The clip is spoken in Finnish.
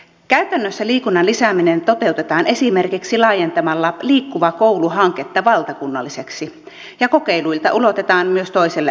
käytännössä liikunnan lisääminen toteutetaan esimerkiksi laajentamalla liikkuva koulu hanke valtakunnalliseksi ja kokeiluita ulotetaan myös toiselle asteelle